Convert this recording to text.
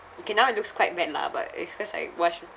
okay now it looks quite bad lah but eh cause I wash